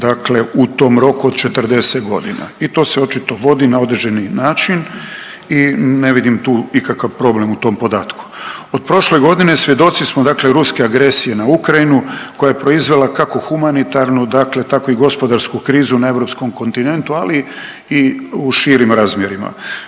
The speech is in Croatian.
u tom roku od 40 godina i to se očito vodi na određeni način i ne vidim tu ikakav problem u tom podatku. Od prošle godine svjedoci smo ruske agresije na Ukrajinu koja je proizvela kako humanitarnu tako i gospodarsku krizu na Europskom kontinentu, ali i u širim razmjerima.